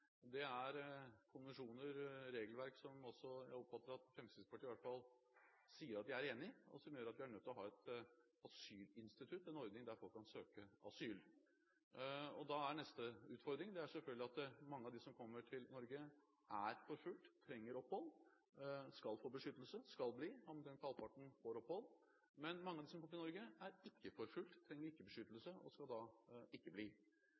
Det er konvensjoner og regelverk – som jeg oppfatter at Fremskrittspartiet i hvert fall sier at de er enig i – som gjør at vi er nødt til å ha et asylinstitutt, en ordning der folk kan gis asyl. Neste utfordring er selvfølgelig at mange av dem som kommer til Norge, er forfulgt, trenger opphold, skal få beskyttelse, skal bli. Omtrent halvparten får opphold. Men mange av dem som kommer til Norge, er ikke forfulgt, trenger ikke beskyttelse og skal ikke bli.